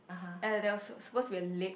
and there was was supposed to be a lake